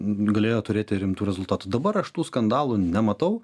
galėjo turėti rimtų rezultatų dabar aš tų skandalų nematau